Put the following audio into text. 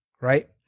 right